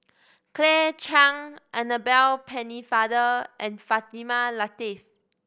Claire Chiang Annabel Pennefather and Fatimah Lateef